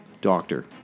Doctor